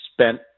spent